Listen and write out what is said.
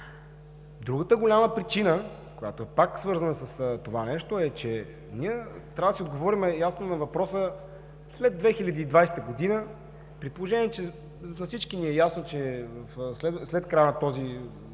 Другата голяма причина, която пак е свързана с това нещо, е, че ние трябва да си отговорим ясно на въпроса: след 2020 г., при положение че на всички ни е ясно, че след края на тези